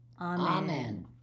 Amen